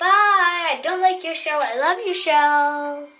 i don't like your show. i love your show